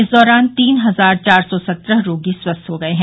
इस दौरान तीन हजार चार सौ सत्रह रोगी स्वस्थ हो गये हैं